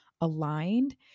aligned